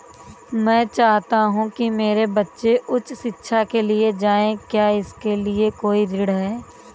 मैं चाहता हूँ कि मेरे बच्चे उच्च शिक्षा के लिए जाएं क्या इसके लिए कोई ऋण है?